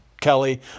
Kelly